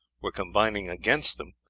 were combining against them,